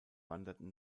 wanderten